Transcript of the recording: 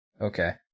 okay